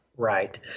Right